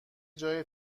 جای